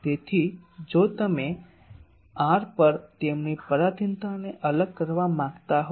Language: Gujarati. તેથી જો તમે r પર તેમની પરાધીનતાને અલગ કરવા માંગતા હો